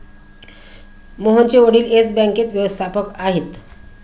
मोहनचे वडील येस बँकेत व्यवस्थापक आहेत